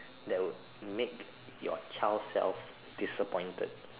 that would make your child self disappointed